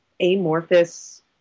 amorphous